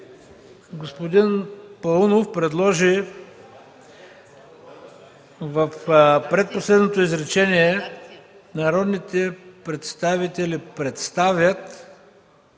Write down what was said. Господин Паунов предложи в предпоследното изречение „народните представители представят